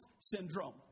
syndrome